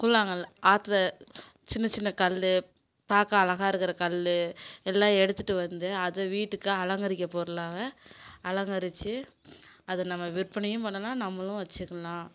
கூழாங்கல் ஆத்தில் சின்ன சின்ன கல் பார்க்க அழகாக இருக்கிற கல் எல்லாம் எடுத்துட்டு வந்து அதை வீட்டுக்கு அலங்கரிக்க பொருளாக அலங்கரிச்சு அதை நம்ம விற்பனையும் பண்ணலாம் நம்மளும் வச்சிக்கலாம்